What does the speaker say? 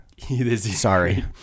Sorry